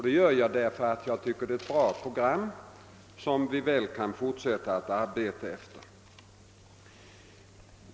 Det gör jag därför att jag tycker att det är ett bra program, som vi mycket väl kan fortsätta att arbeta efter.